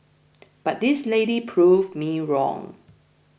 but this lady proved me wrong